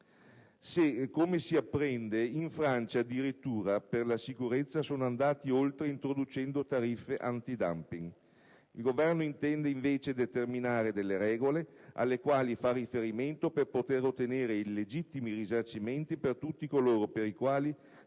come si apprende, in Francia per la sicurezza sono andati addirittura oltre, introducendo tariffe *antidumping*. Il Governo intende invece fissare delle regole alle quali far riferimento per poter ottenere i legittimi risarcimenti da tutti coloro i quali